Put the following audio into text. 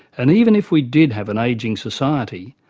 and even if we did have an ageing society,